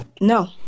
No